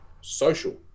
social